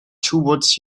toward